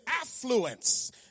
Affluence